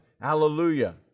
Hallelujah